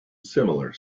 similar